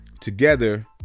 together